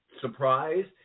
surprise